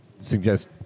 suggest